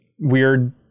weird